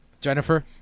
Jennifer